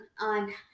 on